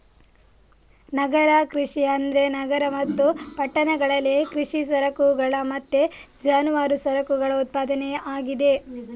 ನಗರ ಕೃಷಿ ಅಂದ್ರೆ ನಗರ ಮತ್ತು ಪಟ್ಟಣಗಳಲ್ಲಿ ಕೃಷಿ ಸರಕುಗಳ ಮತ್ತೆ ಜಾನುವಾರು ಸರಕುಗಳ ಉತ್ಪಾದನೆ ಆಗಿದೆ